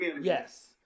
Yes